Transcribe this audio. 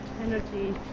energy